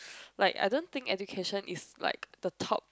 like I don't think education is like the top